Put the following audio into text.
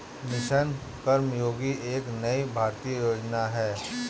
mission Karmayogi एक नई भारतीय योजना है